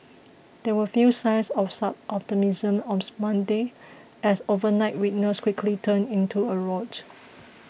there were few signs of such optimism on Monday as overnight weakness quickly turned into a rout